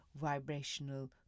vibrational